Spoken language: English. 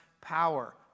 power